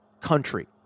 country